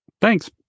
thanks